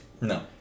No